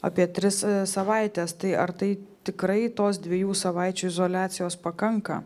apie tris savaites tai ar tai tikrai tos dviejų savaičių izoliacijos pakanka